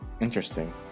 Interesting